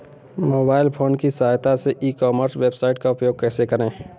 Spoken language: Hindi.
मोबाइल फोन की सहायता से ई कॉमर्स वेबसाइट का उपयोग कैसे करें?